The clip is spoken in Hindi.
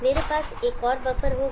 मेरे पास एक और बफर होगा